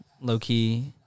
Low-key